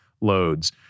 loads